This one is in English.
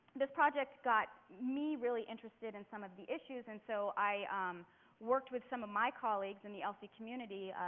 this project got me really interested in some of the issues and so i worked with some of my colleagues in the lc community,